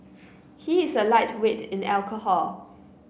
he is a lightweight in alcohol